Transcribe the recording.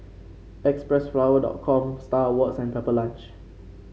Xpressflower dot com Star Awards and Pepper Lunch